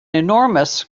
enormous